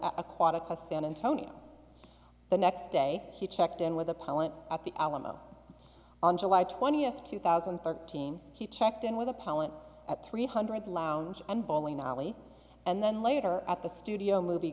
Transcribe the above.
aquatics of san antonio the next day he checked in with the pilot at the alamo on july twentieth two thousand and thirteen he checked in with the pilot at three hundred lounge and bowling alley and then later at the studio movie